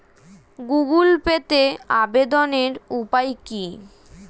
Google পেতে আবেদনের উপায় কি?